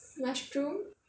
mushroom